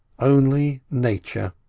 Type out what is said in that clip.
only nature,